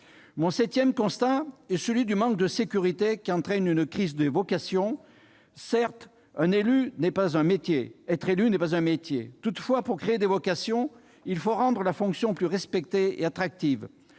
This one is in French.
Mon septième constat est celui du manque de sécurité, qui entraîne une crise des vocations. Certes, être élu n'est pas un métier ; toutefois, pour susciter des vocations, il faut rendre la fonction plus respectée et attractive.